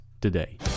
today